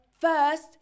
first